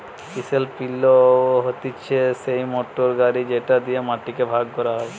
chisel plough হতিছে সেই motor গাড়ি যেটি দিয়া মাটি কে ভাগ করা হয়